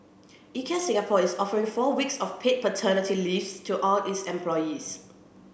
Ikea Singapore is offering four weeks of paid paternity leave to all its employees